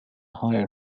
higher